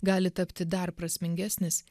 gali tapti dar prasmingesnis